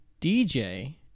DJ